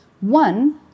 One